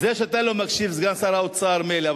אז זה שאתה לא מקשיב, סגן שר האוצר, מילא.